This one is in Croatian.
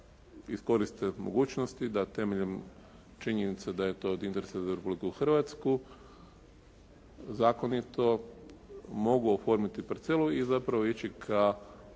da iskoriste mogućnosti da temeljem činjenice da je to od interesa za Republiku Hrvatsku, zakon je to mogao oformiti parcelu i zapravo ići ka